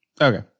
okay